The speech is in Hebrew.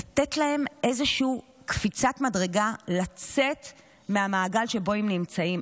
לתת להם איזושהי קפיצת מדרגה לצאת מהמעגל שבו הם נמצאים,